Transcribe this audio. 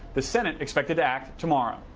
the senate expected to act tomorrow.